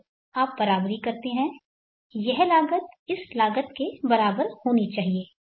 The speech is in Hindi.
तो आप बराबरी करते हैं यह लागत इस लागत के बराबर होनी चाहिए